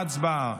הצבעה.